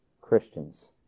Christians